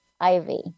ivy